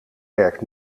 werkt